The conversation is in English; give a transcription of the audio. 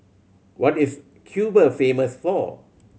what is Cuba famous for